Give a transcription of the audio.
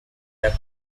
the